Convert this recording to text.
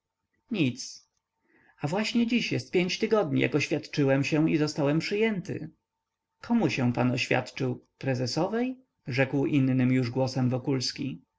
nic a właśnie dziś jest pięć tygodni jak oświadczyłem się i zostałem przyjęty komu się pan oświadczył prezesowej rzekł innym już głosem wokulski